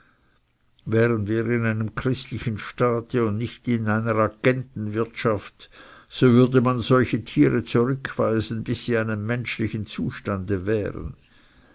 wären wir in einem christlichen staate und nicht in einer agentenwirtschaft so würde man solche tiere zurückweisen bis sie in einem menschlichen zustande wären